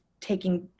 taking